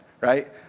right